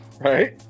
Right